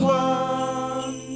one